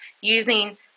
using